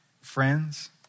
friends